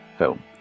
film